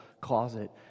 closet